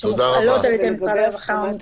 שמופעלות על ידי משרד הרווחה.